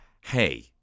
hey